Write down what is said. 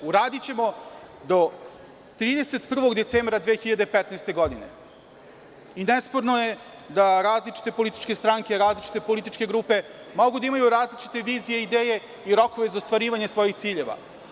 Uradićemo do 31. decembra 2015. godine i nesporno je da različite političke stranke, različite političke grupe mogu da imaju različite vizije i ideje i rokove za ostvarivanje svojih ciljeva.